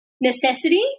necessity